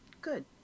Good